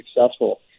successful